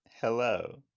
Hello